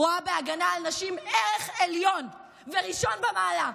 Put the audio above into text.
רואה בהגנה על נשים ערך עליון וראשון במעלה,